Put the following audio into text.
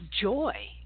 joy